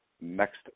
next